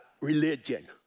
religion